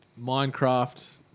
Minecraft